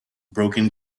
broken